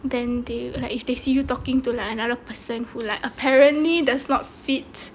then they like if they see you talking to another person who like apparently does not fit